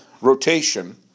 rotation